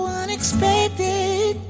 unexpected